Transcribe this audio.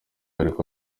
ariko